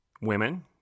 Women